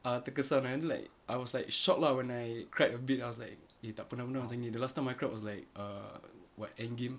uh terkesan like I was like shocked lah when I cried a bit I was like eh tak pernah pernah macam gini the last time I cried was like err what endgame